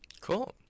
Cool